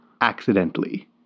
Accidentally